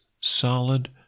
solid